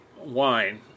wine